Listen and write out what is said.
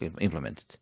implemented